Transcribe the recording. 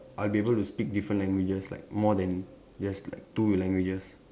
I'll be able to speak different languages like more than just like two languages